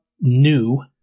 New